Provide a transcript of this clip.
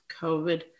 COVID